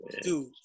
Dude